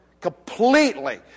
Completely